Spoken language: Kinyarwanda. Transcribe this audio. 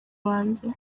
banjye